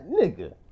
nigga